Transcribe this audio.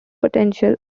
potential